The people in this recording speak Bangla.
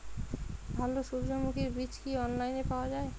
ভালো সূর্যমুখির বীজ কি অনলাইনে পাওয়া যায়?